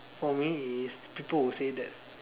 for me is people will say that